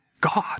God